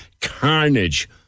carnage